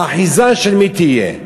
האחיזה של מי תהיה?